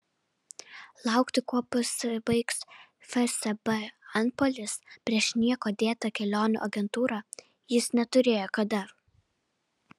laukti kuo pasibaigs fsb antpuolis prieš niekuo dėtą kelionių agentūrą jis neturėjo kada